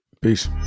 Peace